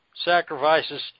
sacrifices